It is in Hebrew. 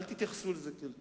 אל תתייחסו אל זה כאל קיצוץ.